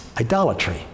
Idolatry